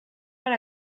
per